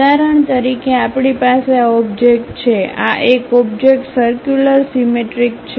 ઉદાહરણ તરીકે આપણી પાસે આ ઓબ્જેક્ટ છે આ એક ઓબ્જેક્ટ સર્ક્યુલર સીમેટ્રિક છે